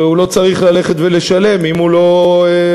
והוא לא צריך ללכת ולשלם אם הוא לא חושב